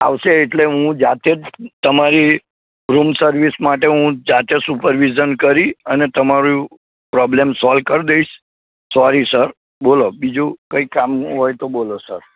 આવશે એટલે હું જાતે જ તમારી રૂમ સર્વિસ માટે હું જાતે સુપરવિજન કરી અને તમારું પ્રોબ્લેમ સોલ કરી દઇશ સોરી સર બોલો બીજું કંઈ કામ નું હોય તો બોલો સર